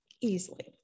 easily